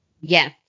Yes